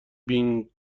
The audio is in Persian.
بینگ